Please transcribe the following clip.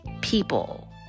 People